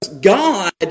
God